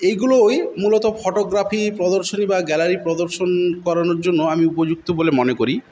এইগুলোই মূলত ফটোগ্রাফি প্রদর্শনী বা গ্যালারীর প্রদর্শন করানোর জন্য আমি উপযুক্ত বলে মনে করি